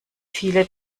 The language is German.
viele